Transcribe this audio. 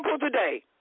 today